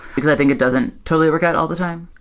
because i think it doesn't totally workout all the time.